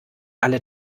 alle